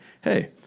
hey